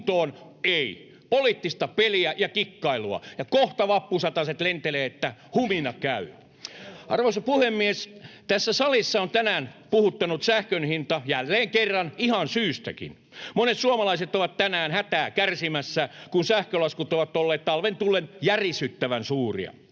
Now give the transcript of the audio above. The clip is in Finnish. Ei. Poliittista peliä ja kikkailua, ja kohta vappusataset lentelevät, että humina käy. [Tuomas Kettunen: Kenen toimesta?] Arvoisa puhemies! Tässä salissa on tänään puhuttanut sähkön hinta, jälleen kerran, ihan syystäkin. Monet suomalaiset ovat tänään hätää kärsimässä, kun sähkölaskut ovat olleet talven tullen järisyttävän suuria.